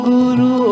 Guru